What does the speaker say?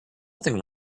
nothing